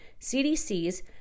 CDCs